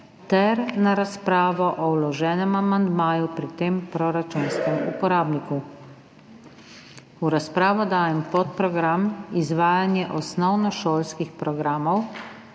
ter na razpravo o vloženem amandmaju pri tem proračunskem uporabniku. V razpravo dajem podprogram Izvajanje osnovnošolskih programov